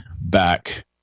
back